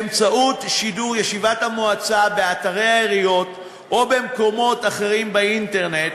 באמצעות שידור ישיבות המועצה באתרי העיריות או במקומות אחרים באינטרנט.